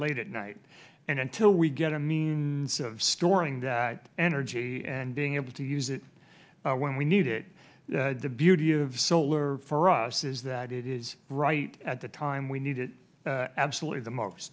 late at night and until we get a means of storing that energy and being able to use it when we need it the beauty of solar for us is that it is right at the time we need it absolutely the most